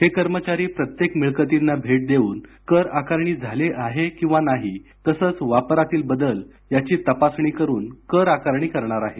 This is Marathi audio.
हे कर्मचारी प्रत्येक मिळकतींना भेट देउन कर आकारणी झाली की नाही तसेच वापरातील बदल याची तपासणी करून कर आकारणी करणार आहेत